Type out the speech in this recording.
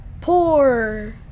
poor